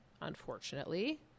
unfortunately